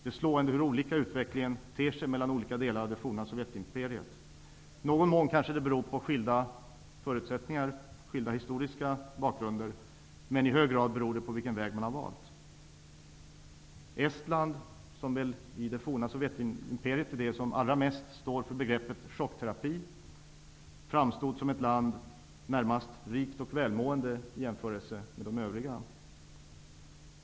Det är slående hur olika utvecklingen ter sig i de olika delarna av det forna Sovjetimperiet. I någon mån beror skillnaderna kanske på olika förutsättningar, olika historiska bakgrunder. Men i hög grad beror de på vilken väg man har valt. Estland, som i fråga om det forna Sovjetimperiet väl allra mest står för begreppet chockterapi, framstod som ett land som närmast var rikt och välmående i jämförelse med övriga länder.